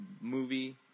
movie